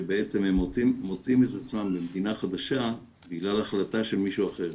שבעצם הם מוצאים את עצמם במדינה חדשה בגלל החלטה של מישהו אחר,